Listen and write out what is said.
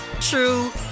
true